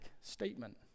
statement